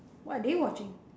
what they watching